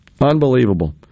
Unbelievable